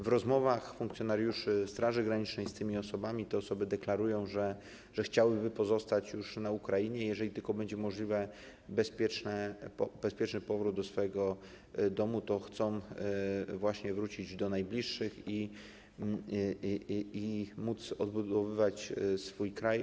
W rozmowach funkcjonariuszy Straży Granicznej z tymi osobami te osoby deklarują, że chciałyby pozostać już na Ukrainie i że jeżeli tylko będzie możliwy bezpieczny powrót do ich domów, to chcą właśnie wrócić do najbliższych i móc odbudowywać swój kraj.